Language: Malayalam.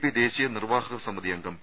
പി ദേശീയ നിർവ്വാഹക സമിതി അംഗം പി